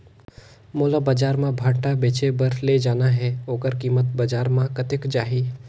मोला बजार मां भांटा बेचे बार ले जाना हे ओकर कीमत बजार मां कतेक जाही?